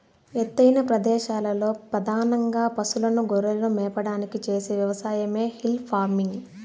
ఎత్తైన ప్రదేశాలలో పధానంగా పసులను, గొర్రెలను మేపడానికి చేసే వ్యవసాయమే హిల్ ఫార్మింగ్